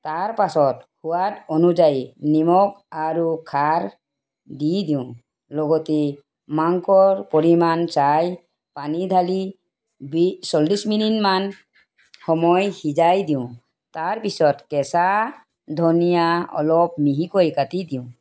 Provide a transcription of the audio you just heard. তাৰপাছত সোৱাদ অনুযায়ী নিমখ আৰু খাৰ দি দিওঁ লগতে মাংসৰ পৰিমাণ চাই পানী ঢালি বি চল্লিছ মিনিটমান সময় সিজাই দিওঁ তাৰপিছত কেঁচা ধনিয়া অলপ মিহিকৈ কাটি দিওঁ